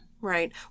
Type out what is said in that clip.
Right